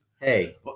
Hey